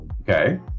Okay